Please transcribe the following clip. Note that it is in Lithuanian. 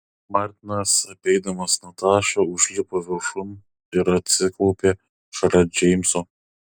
martinas apeidamas natašą užlipo viršun ir atsiklaupė šalia džeimso